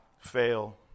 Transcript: fail